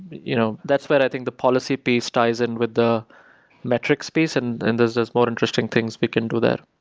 you know that's where i think the policy piece ties in with the metrics space and and there's there's more interesting things we can do there.